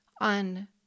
on